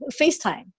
FaceTime